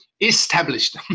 established